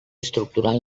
estructural